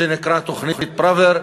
שנקרא תוכנית פראוור.